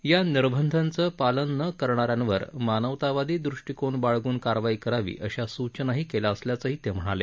या निर्बंधांचं पालन न करण्याऱ्यांवर मानवतावादी दृष्टीकोन बाळगून कारवाई करावी अशा सूचनाही केल्या असल्याचंही ते म्हणाले